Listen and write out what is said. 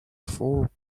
four